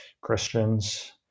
Christians